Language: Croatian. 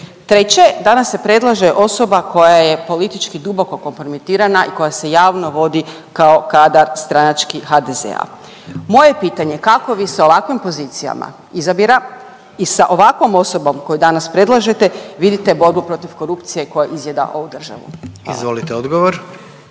Treće, danas se predlaže osoba koja je politički duboko kompromitirana i koja se javno vodi kao kadar stranački HDZ-a. Moje pitanje, kako vi s ovakvim pozicijama izabira i sa ovakvom osobom koju danas predlažete vidite borbu protiv korupcije koja izjeda ovu državu. Hvala.